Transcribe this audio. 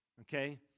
okay